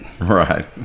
right